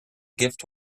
gift